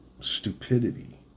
stupidity